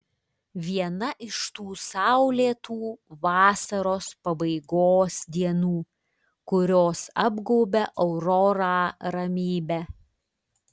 viena iš tų saulėtų vasaros pabaigos dienų kurios apgaubia aurorą ramybe